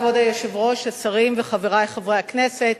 כבוד היושב-ראש, השרים וחברי חברי הכנסת,